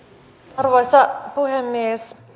arvoisa puhemies